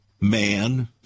man